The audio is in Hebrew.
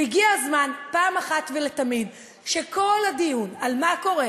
והגיע הזמן שפעם אחת ולתמיד כל הדיון על מה קורה